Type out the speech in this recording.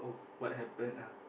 what happened ah